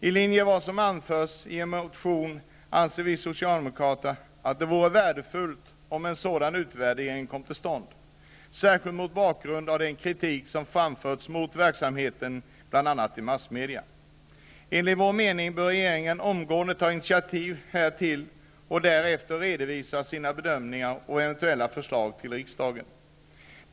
I linje med vad som anförs i en av motionerna anser vi socialdemokrater att det vore värdefullt om en sådan utvärdering kom till stånd -- särskilt mot bakgrund av den kritik som bl.a. i massmedia framförts mot verksamheten. Enligt vår mening bör regeringen omgående ta initiativ i det här sammanhanget och därefter redovisa sina bedömningar och eventuella förslag till riksdagen.